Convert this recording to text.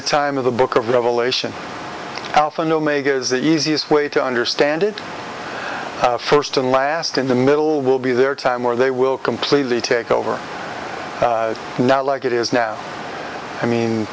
a time of the book of revelation alpha and omega is the easiest way to understand it first and last in the middle will be their time or they will completely take over now like it is now i